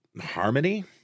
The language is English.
harmony